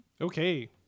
Okay